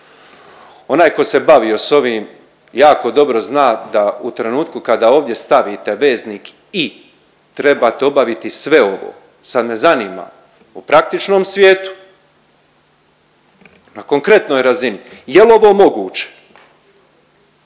Onaj tko se bavio s ovim jako dobro zna da u trenutku kada ovdje stavite veznik i trebate dobaviti sve ovo. Sad me zanima u praktičnom svijetu na konkretnoj razini jel ovo moguće?